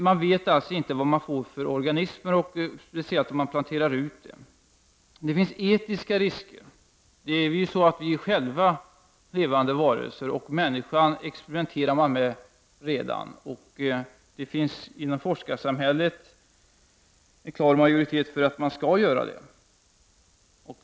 Man vet inte vad man får för organismer när man planterar. Det finns etiska risker. Vi är själva levande varelser. Människan experimenterar man redan med. Det finns inom forskarsamhället en klar majoritet för att man skall göra det.